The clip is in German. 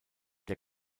der